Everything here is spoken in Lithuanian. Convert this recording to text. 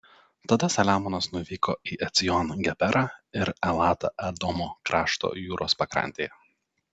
tada saliamonas nuvyko į ecjon geberą ir elatą edomo krašto jūros pakrantėje